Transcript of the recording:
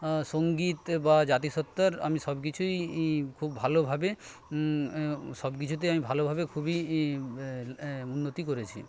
সঙ্গীত বা জাতিসত্তার আমি সব কিছুই খুব ভালোভাবে সব কিছুতেই আমি ভালোভাবে খুবই উন্নতি করেছি